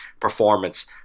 performance